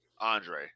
Andre